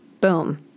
Boom